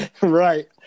Right